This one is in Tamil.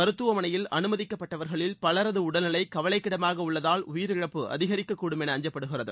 மருத்துவ மனையில் அனுமதிக்கப்பட்டவர்களில் பலரது உடல் நிலை கவலைக்கிடமாக உள்ளதால் உயிரிழப்பு அதிகரிக்கக் கூடும் என அஞ்சப்படுகிறது